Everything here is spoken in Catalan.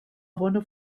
bona